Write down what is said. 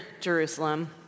Jerusalem